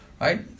right